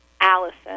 Allison